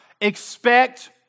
expect